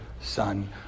Son